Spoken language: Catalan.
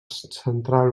central